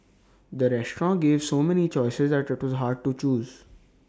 the restaurant gave so many choices that IT was hard to choose